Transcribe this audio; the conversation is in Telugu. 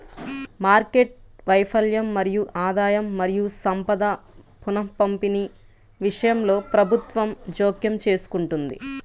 మార్కెట్ వైఫల్యం మరియు ఆదాయం మరియు సంపద పునఃపంపిణీ విషయంలో ప్రభుత్వం జోక్యం చేసుకుంటుంది